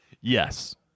Yes